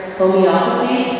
homeopathy